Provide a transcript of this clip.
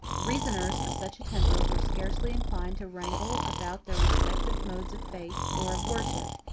reasoners of such a temper were scarcely inclined to wrangle about their respective modes of faith, or of worship.